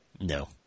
No